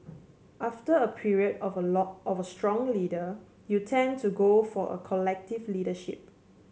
after a period of a of a strong leader you tend to go for a collective leadership